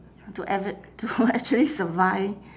to to actually survive